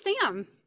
Sam